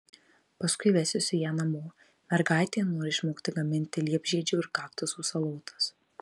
paskui vesiuosi ją namo mergaitė nori išmokti gaminti liepžiedžių ir kaktusų salotas